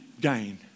gain